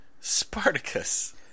Spartacus